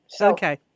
Okay